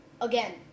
again